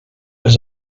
was